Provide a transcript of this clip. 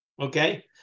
Okay